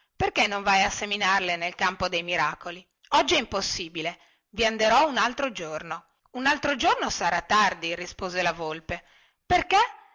perché non vai a seminarle nel campo dei miracoli oggi è impossibile vi anderò un altro giorno un altro giorno sarà tardi disse la volpe perché